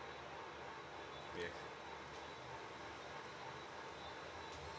yes